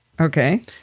okay